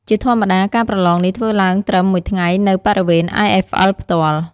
ជាធម្មតា ការប្រឡងនេះធ្វើឡើងត្រឹម មួយថ្ងៃ នៅ បរិវេណ IFL ផ្ទាល់។